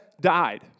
died